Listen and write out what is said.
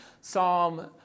Psalm